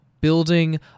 building